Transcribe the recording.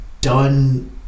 done